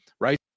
right